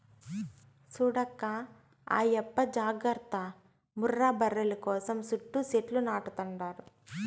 చూడక్కా ఆయప్ప జాగర్త ముర్రా బర్రెల కోసం సుట్టూ సెట్లు నాటతండాడు